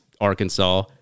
Arkansas